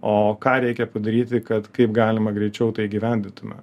o ką reikia padaryti kad kaip galima greičiau tai įgyvendintume